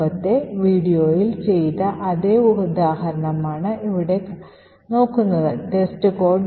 മുമ്പത്തെ വീഡിയോയിൽ ചെയ്ത അതേ ഉദാഹരണമാണ് testcode